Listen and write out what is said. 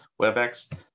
WebEx